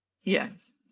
Yes